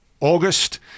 August